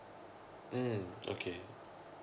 mm okay